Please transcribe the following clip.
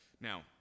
Now